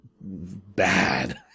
bad